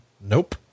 Nope